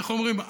איך אומרים,